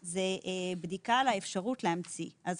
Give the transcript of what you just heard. בדיקה על האפשרות להמציא אזהרה.